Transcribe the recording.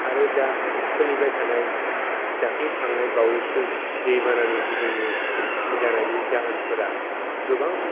आरो दा सोलिबाय थानाय दाख्लै थांनाय बावैसो दैबानानि गुबुंले जानायनि जाहोनफोरा गोबां